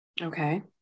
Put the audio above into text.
Okay